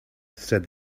said